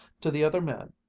to the other man,